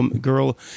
girl